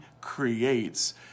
creates